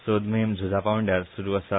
सोदमोहीम झुजा पांवड्यार सुरू आसा